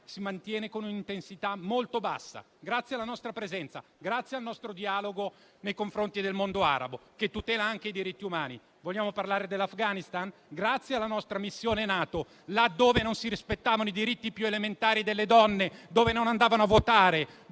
si mantiene con un'intensità molto bassa, grazie alla nostra presenza e grazie al nostro dialogo nei confronti del mondo arabo, che tutela anche i diritti umani. Vogliamo parlare dell'Afghanistan? Là dove non si rispettavano i diritti più elementari delle donne, dove non andavano a votare,